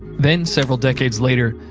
then, several decades later,